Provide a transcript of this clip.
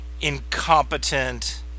incompetent